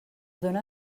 dóna